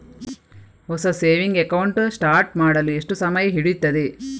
ಹೊಸ saving account start ಮಾಡಲು ಎಷ್ಟು ಸಮಯ ಹಿಡಿಯುತ್ತದೆ?